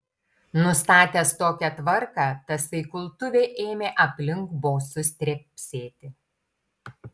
nustatęs tokią tvarką tasai kultuvė ėmė aplink bosus trepsėti